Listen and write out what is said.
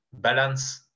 balance